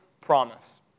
promise